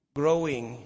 growing